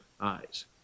eyes